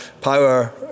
power